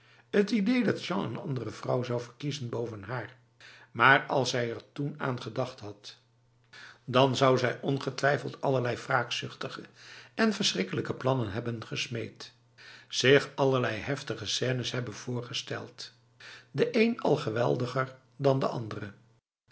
t idee dat jean een andere vrouw zou verkiezen boven haar maar als zij er toen aan gedacht had dan zou zij ongetwijfeld allerlei wraakzuchtige en verschrikkelijke plannen hebben gesmeed zich allerlei heftige scènes hebben voorgesteld de een al geweldiger dan de andere